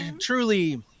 truly